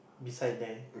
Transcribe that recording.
beside there